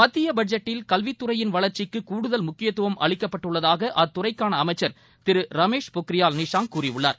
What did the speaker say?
மத்திய பட்ஜெட்டில் கல்வித்துறையின் வளர்ச்சிக்கு கூடுதல் முக்கியத்துவம் அளிக்கப்பட்டுள்ளதாக அத்துறைக்கான அமைச்சர் திரு ரமேஷ் பொக்ரியால் நிஷாங் கூறியுள்ளார்